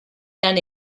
lan